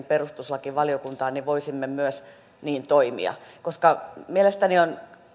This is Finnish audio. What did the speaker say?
perustuslakivaliokuntaan niin voisimme myös niin toimia mielestäni on